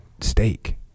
steak